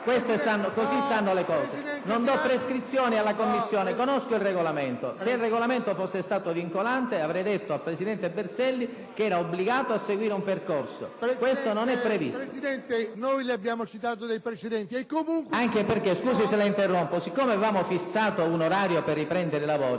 Così stanno le cose. Io non do prescrizioni alla Commissione. Conosco il Regolamento e, se il Regolamento fosse stato vincolante, avrei detto al presidente Berselli che era obbligato a seguire un percorso. Questo, però, non è previsto. ZANDA *(PD)*. Presidente, noi le abbiamo citato dei precedenti e comunque... PRESIDENTE. Anche perché, scusi se la interrompo, siccome avevamo fissato un orario per riprendere i lavori,